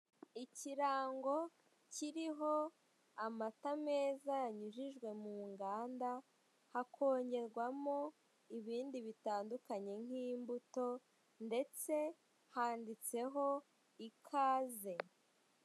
Ikirango kiriho amata meza yanyujijwe munganda hakongerwamo Ibindi bitandukanye nk'imbuto ndetse handitseho ikaze.